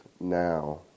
now